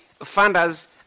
funders